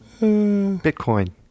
Bitcoin